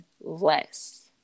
less